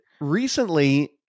recently